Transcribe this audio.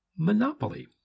monopoly